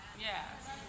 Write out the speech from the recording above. Yes